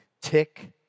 tick